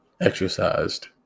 exercised